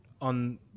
on